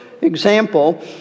example